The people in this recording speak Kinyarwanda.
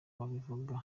babivuga